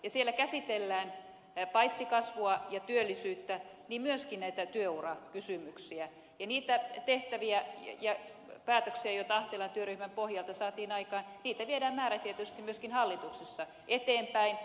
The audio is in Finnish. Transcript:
ja siellä käsitellään paitsi kasvua ja työllisyyttä niin myöskin näitä työurakysymyksiä ja niitä tehtäviä ja päätöksiä joita ahtelan työryhmän pohjalta saatiin aikaan viedään määrätietoisesti myöskin hallituksessa eteenpäin